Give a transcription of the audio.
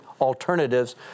alternatives